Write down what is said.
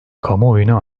kamuoyuna